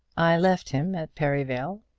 i left him at perivale.